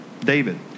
David